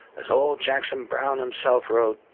as ol' jackson brown himself wrote.